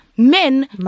Men